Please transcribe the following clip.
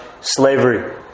slavery